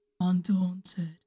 Undaunted